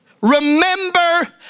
Remember